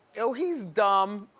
oh, he's dumb.